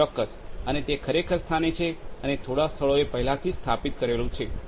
ચોક્કસ અને તે ખરેખર સ્થાને છે અને તે થોડા સ્થળોએ પહેલાથી સ્થાપિત કરેલું છે